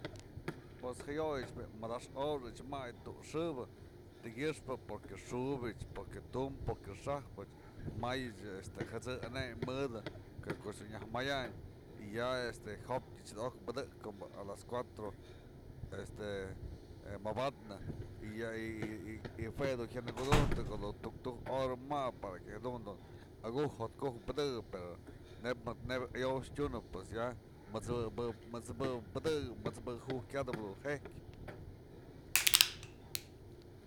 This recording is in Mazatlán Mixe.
Pues jayo'oy bi'i madaxkë hora ëch may tu'u xëpë ti'i kyëxpë porque xubyëch, porque tumb porque xa'ajpëch may este jët'së aneymë mëdë que koch dun nyaj mayan y ya este jo'opnyë ech jada'ok pëdëk a las cuatro este mabapnë y yë-yë jue du jya nëkutujtë ko'o tuktukë hora mabë para que jadun dun jotku'uk pëdëkëp pero nebya ayow tyunëp pues ya, mët'sëbë pëdëkëp mët'sëbë jujkyatëp du je'ijkë.